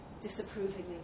disapprovingly